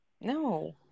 No